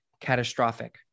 catastrophic